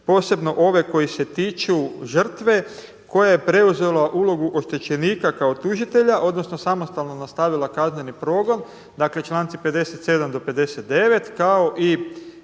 posebno ove koji se tiču žrtve koje je preuzelo ulogu oštećenika kao tužitelja odnosno samostalno nastavila kazneni progon, dakle članci 57. do 59. kao i